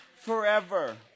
forever